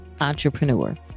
entrepreneur